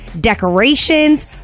decorations